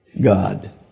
God